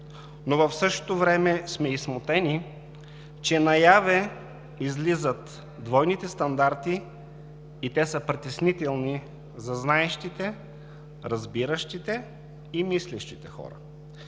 но в същото време сме и смутени, че наяве излизат двойните стандарти и те са притеснителни за знаещите, разбиращите и мислещите хора.